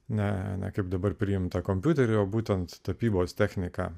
ne ne kaip dabar priimta kompiuteryje o būtent tapybos techniką